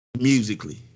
musically